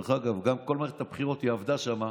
דרך אגב, כל מערכת הבחירות היא עבדה שם.